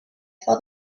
for